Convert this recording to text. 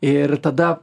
ir tada